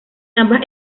ambas